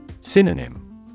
Synonym